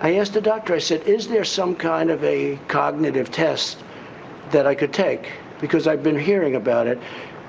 i asked the doctor, i said, is there some kind of a cognitive test that i could take? because i've been hearing about it